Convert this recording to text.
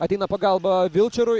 ateina pagalba vilčerui